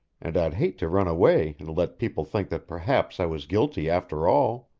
and i'd hate to run away and let people think that perhaps i was guilty after all.